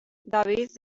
david